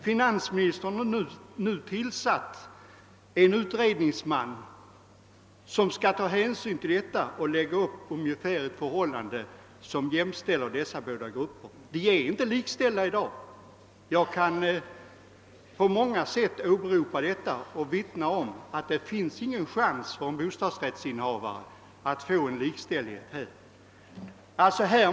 Finansministern har nu tillkallat en utredningsman, som skall söka ta hänsyn till detta och föreslå en ordning som jämställer dessa båda grupper. De är inte likställda i dag. Jag kan åberopa många exempel på detta och vittna om att det inte finns någon chans för en hbostadsrättsinnehavare att få likställighet f. n.